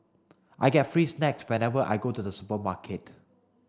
I get free snacks whenever I go to the supermarket